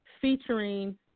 featuring